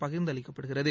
பகிர்ந்து அளிக்கப்படுகிறது